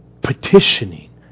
petitioning